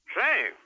say